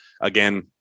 again